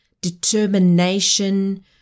determination